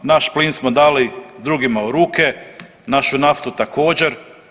Naš plin smo dali drugima u ruke, našu naftu također.